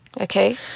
Okay